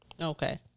okay